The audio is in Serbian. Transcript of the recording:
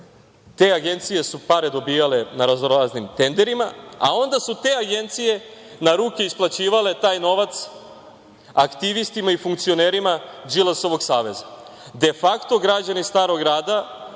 Te agencije su pare dobijale na razno raznim tenderima, a onda su te agencije na ruke isplaćivale taj novac aktivistima ili funkcionerima Đilasovog saveza. De fakto, građani Starog Grada